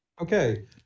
Okay